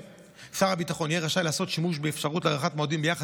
שר הביטחון יהיה רשאי לעשות שימוש באפשרות להארכת מועדים ביחס